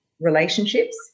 relationships